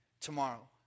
tomorrow